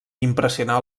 impressionar